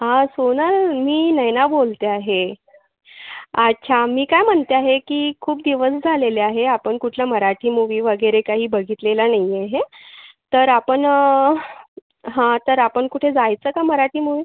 आं सोनल मी नयना बोलते आहे अच्छा मी काय म्हणते आहे की खूप दिवस झालेले आहे आपण कुठला मराठी मूव्ही वगैरे काही बघितलेला नाही आहे तर आपण हं तर आपण कुठे जायचं का मराठी मूवी